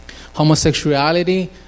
Homosexuality